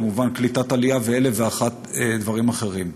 כמובן קליטת עלייה ואלף ואחד דברים אחרים.